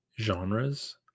genres